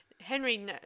Henry